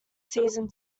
season